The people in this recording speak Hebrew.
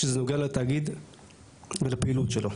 שזה נוגע לתאגיד ולפעילות שלו.